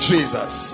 Jesus